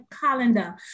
calendar